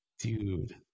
Dude